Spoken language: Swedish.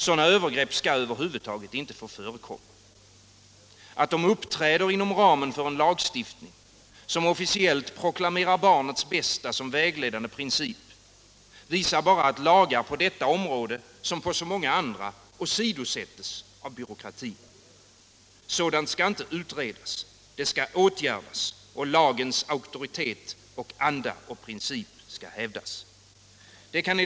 Sådana övergrepp skall över huvud taget inte få förekomma. Att de uppträder inom ramen för en lagstiftning, som officiellt proklamerar barnets bästa som vägledande princip, visar bara att lagar på detta område som på så många andra åsidosätts av byråkratin. Sådana fall som detta skall inte utredas. Det skall åtgärdas, och lagens auktoritet, anda och princip skall hävdas.